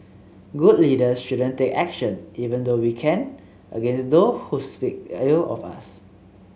good leaders shouldn't take action even though we can against those who speak ill of us